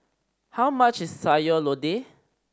how much Sayur Lodeh